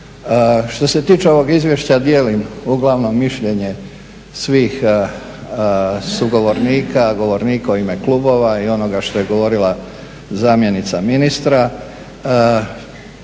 Što se tiče ovog izvješća, dijelim uglavnom mišljenje svih sugovornika, govornika u ime klubova i onoga što je govorila zamjenica ministra,